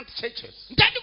churches